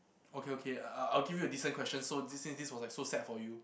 okay okay I'll I'll give you a decent question so this since this was like so sad for you